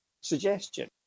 suggestion